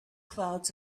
clouds